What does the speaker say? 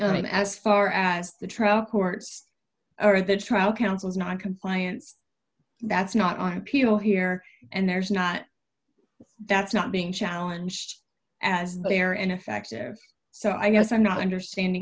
going as far as the trial court or the trial counsel's noncompliance that's not our appeal here and there's not that's not being challenged as they are ineffective so i guess i'm not understanding